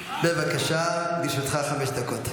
בבקשה, לרשותך חמש דקות.